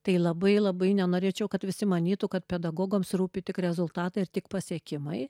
tai labai labai nenorėčiau kad visi manytų kad pedagogams rūpi tik rezultatai ir tik pasiekimai